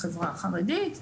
החברה החרדית,